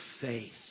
faith